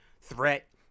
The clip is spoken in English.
threat